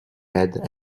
had